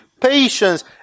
Patience